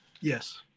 Yes